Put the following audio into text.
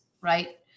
Right